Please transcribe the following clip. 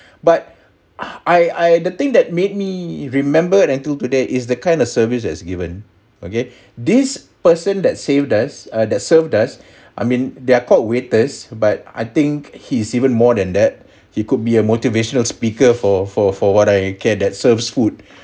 but I I the thing that made me remember it until today is the kind of services given okay this person that saved us that served us I mean they are called waiters but I think he's even more than that he could be a motivational speaker for for for what I care that serves food